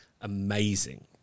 amazing